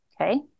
okay